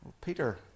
Peter